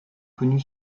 connu